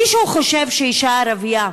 מישהו חושב שאישה ערבייה,